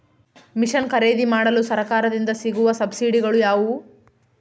Mission ಖರೇದಿಮಾಡಲು ಸರಕಾರದಿಂದ ಸಿಗುವ ಸಬ್ಸಿಡಿಗಳು ಯಾವುವು?